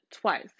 twice